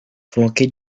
flanqué